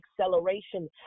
acceleration